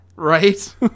Right